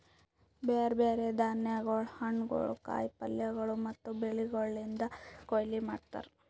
ಬ್ಯಾರೆ ಬ್ಯಾರೆ ಧಾನ್ಯಗೊಳ್, ಹಣ್ಣುಗೊಳ್, ಕಾಯಿ ಪಲ್ಯಗೊಳ್ ಮತ್ತ ಬೆಳಿಗೊಳ್ದು ಕೊಯ್ಲಿ ಮಾಡ್ತಾರ್